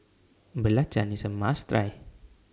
Belacan IS A must Try